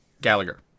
Gallagher